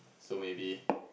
so maybe